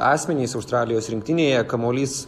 asmenys australijos rinktinėje kamuolys